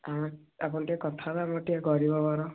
ହଁ ଆପଣ ଟିକେ କଥା ହେବେ ଆମର ଟିକେ ଗରିବ ଘର